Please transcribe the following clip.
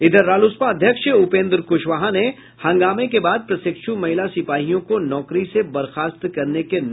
इधर रालोसपा अध्यक्ष उपेन्द्र कुशवाहा ने हंगामे के बाद प्रशिक्षु महिला सिपाहियों को नौकरी से बर्खास्त करने के निर्णय को गलत बताया है